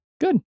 good